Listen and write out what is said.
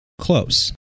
close